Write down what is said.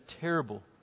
terrible